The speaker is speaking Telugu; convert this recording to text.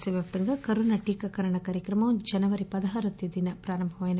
దేశవ్యాప్తంగా కరోనా టీకాకరణ కార్యక్రమం జనవరి పదహారవ తేదీన ప్రారంభమైంది